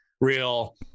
real